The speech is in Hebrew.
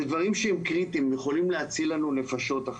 זה דברים שהם קריטיים ויכולים להציל נפשות.